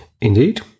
Indeed